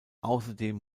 außerdem